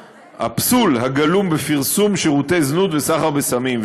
הגלום בפרסום שירותי זנות וסחר בסמים,